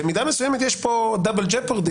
במידה מסוימת יש פה סכנה כפולה,